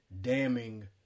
damning